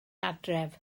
adref